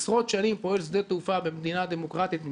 עשרות שנים פועל שדה תעופה במדינת חוק,